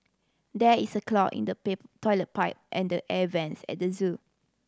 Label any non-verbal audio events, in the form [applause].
there is a clog in the [unintelligible] toilet pipe and the air vents at the zoo